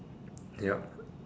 yup